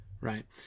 right